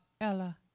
Ella